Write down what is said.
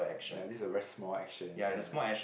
ya this is a very small action ya